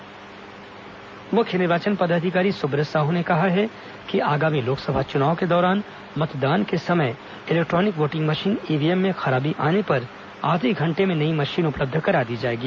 लोकसभा चुनाव ईव्हीएम मुख्य निर्वाचन पदाधिकारी सुब्रत साहू ने कहा है कि आगामी लोकसभा चुनाव के दौरान मतदान के समय इलेक्ट्रॉनिक वोटिंग मशीन ईव्हीएम में खराबी आने पर आधे घंटे में नई मशीन उपलब्ध करा दी जाएगी